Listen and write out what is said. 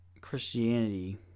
Christianity